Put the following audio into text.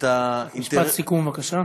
משפט סיכום בבקשה.